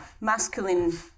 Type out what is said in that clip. masculine